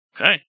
Okay